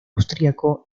austríaco